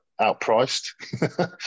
outpriced